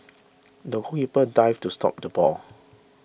the goalkeeper dived to stop the ball